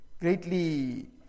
greatly